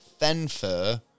Fenfer